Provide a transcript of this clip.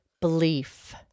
belief